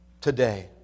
today